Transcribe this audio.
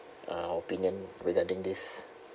uh opinion regarding this